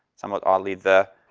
somewhat oddly the,